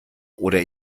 oder